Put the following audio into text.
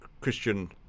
Christian